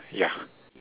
ya